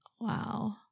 Wow